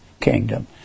kingdom